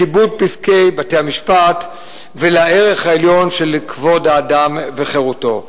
לכיבוד פסקי בתי-המשפט ולערך העליון של כבוד האדם וחירותו.